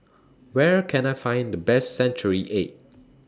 Where Can I Find The Best Century Egg